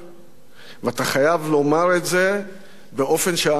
ואתה חייב לומר את זה באופן שהאנשים יבינו.